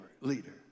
leader